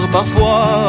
parfois